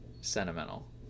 sentimental